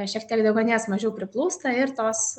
šiek tiek deguonies mažiau priplūsta ir tos